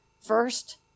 first